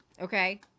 Okay